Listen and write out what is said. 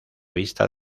vista